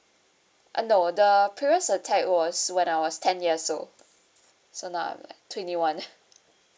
uh no the previous attack was when I was ten years old so now I'm like twenty one